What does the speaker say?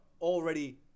already